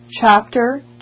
chapter